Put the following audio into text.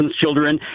children